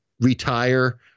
retire